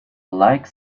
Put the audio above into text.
like